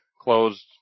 closed